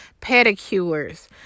pedicures